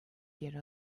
geri